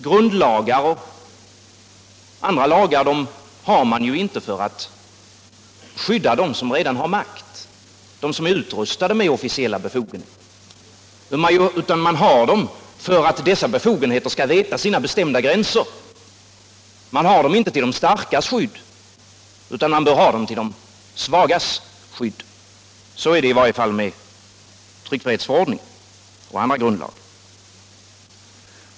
Grundlagar liksom andra lagar är ju inte till för att skydda dem som redan har makt, som är utrustade med officiella befogenheter, utan lagarna är till för att dessa befogenheter skall veta sina bestämda gränser. Man har inte lagarna till de starkas skydd, utan till de svagas skydd. Så är det i synnerhet med tryckfrihetsförordningen och andra grundlagar.